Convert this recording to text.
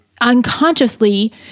unconsciously